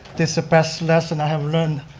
this the best lesson i have learned.